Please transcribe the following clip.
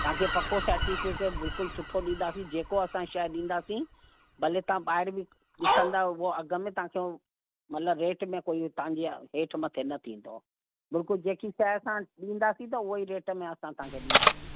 तव्हांखे पको सेर्टिफ़िकेट बिल्कुलु सुठो ॾींदासीं जेको असां शइ ॾींदासीं भले तव्हां ॿाहिरि बि ॾिसंदव हूअ अघि में तव्हांखे मतिलब रेट में कोई तव्हांजी हेठि मथे न थींदो बिल्कुलु जेकी शइ असां ॾींदासीं त हूअ ई रेट में असां तव्हांखे ॾींदासीं